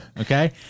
Okay